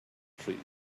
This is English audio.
trees